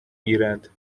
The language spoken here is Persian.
گیرد